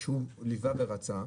הוא ליווה ורצה,